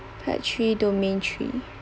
part three domain three